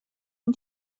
این